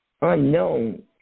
unknown